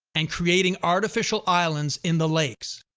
and creating artificial islands in the lakes.